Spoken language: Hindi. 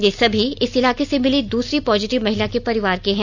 ये सभी इस इलाके से मिली दूसरी पॉजिटिव महिला के परिवार के हैं